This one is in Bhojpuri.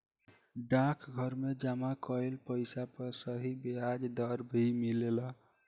डाकघर में जमा कइल पइसा पर सही ब्याज दर भी मिलेला